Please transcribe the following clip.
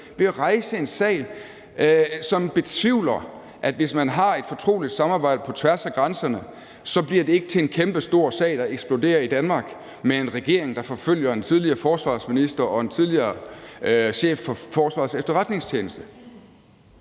ved at rejse en sag, som betvivler, at hvis man har et fortroligt samarbejde på tværs af grænserne, bliver det ikke til en kæmpestor sag, der eksploderer i Danmark med en regering, der forfølger en tidligere forsvarsminister og en tidligere chef for Forsvarets Efterretningstjeneste.